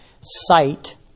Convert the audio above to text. Sight